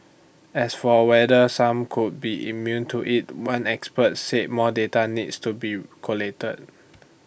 as for whether some could be immune to IT one expert said more data needs to be collated